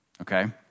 Okay